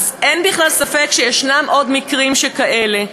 אז אין בכלל ספק שיש עוד מקרים שכאלה.